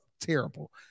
terrible